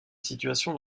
situation